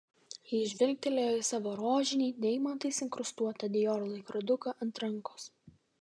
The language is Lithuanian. ji žvilgtelėjo į savo rožinį deimantais inkrustuotą dior laikroduką ant rankos